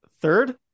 Third